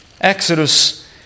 Exodus